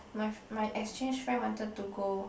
my fr~ my exchange friend wanted to go